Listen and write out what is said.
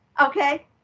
okay